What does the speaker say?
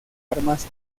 armas